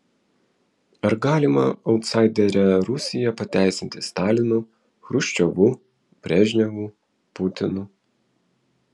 ar galima autsaiderę rusiją pateisinti stalinu chruščiovu brežnevu putinu